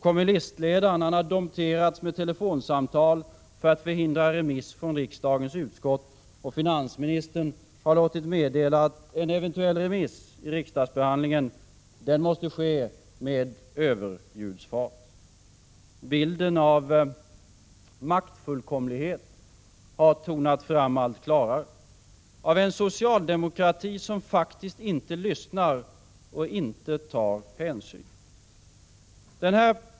Kommunistledaren har dompterats med telefonsamtal för att förhindra remiss från riksdagens utskott. Och finansministern har låtit meddela, att eventuell remiss i riksdagsbehandlingen måste ske med ”överljudsfart”. Bilden av maktfullkomlighet har tonat fram allt klarare, bilden av en socialdemokrati som inte lyssnar och inte tar hänsyn.